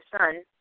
son